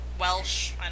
Welsh